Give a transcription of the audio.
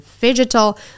digital